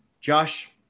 Josh